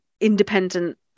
independent